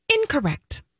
Incorrect